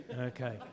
okay